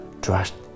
trust